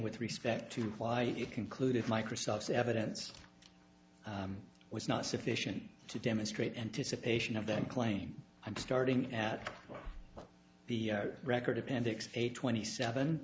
with respect to why you concluded microsoft's evidence was not sufficient to demonstrate anticipation of that claim i'm starting at the record appendix eight twenty seven